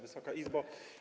Wysoka Izbo!